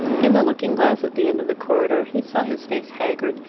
in the looking-glass at the end of the corridor he saw his face haggard,